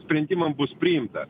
sprendimam bus priimta